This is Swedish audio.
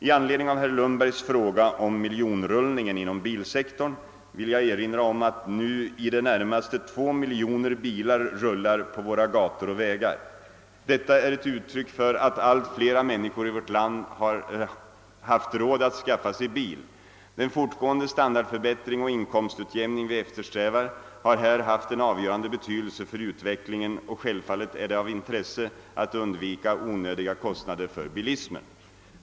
I anledning av herr Lundbergs fråga om miljonrullningen inom bilsektorn vill jag erinra om att nu i det närmaste två miljoner bilar rullar på våra gator och vägar. Detta är ett uttryck för att allt fler människor i vårt land haft råd att skaffa sig bil. Den fortgående standardförbättring och inkomstutjämning vi eftersträvar har här haft en avgörande betydelse för utvecklingen, och självfallet är det av intresse att undvika onödiga kostnader för bilismen.